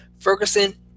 Ferguson